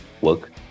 work